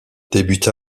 débute